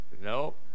Nope